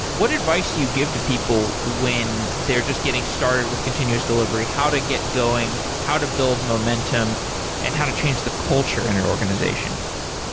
what advice do you give to people when they're just getting started with continuous delivery? how to get going, how to build momentum and how to change the culture in an organization?